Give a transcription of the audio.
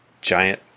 giant